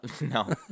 No